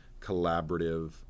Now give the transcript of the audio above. collaborative